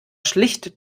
schlicht